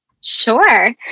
Sure